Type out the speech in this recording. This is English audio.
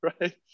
right